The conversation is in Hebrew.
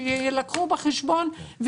שיילקחו בחשבון,